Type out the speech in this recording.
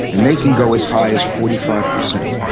and they can go as high as forty five percent.